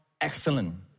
excellent